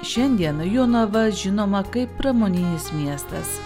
šiandien jonava žinoma kaip pramoninis miestas